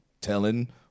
telling